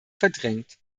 verdrängt